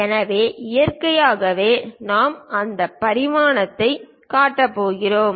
எனவே இயற்கையாகவே நாம் அந்த பரிமாணத்தைக் காட்டப் போகிறோம்